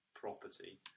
property